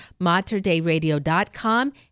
materdayradio.com